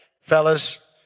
Fellas